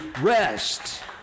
rest